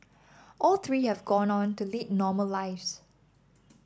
all three have gone on to lead normal lives